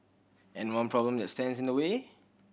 and one problem that stands in the way